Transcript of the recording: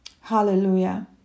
Hallelujah